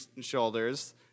shoulders